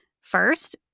first